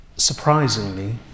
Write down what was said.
Surprisingly